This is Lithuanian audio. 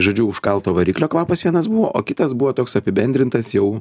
žodžiu užkalto variklio kvapas vienas buvo o kitas buvo toks apibendrintas jau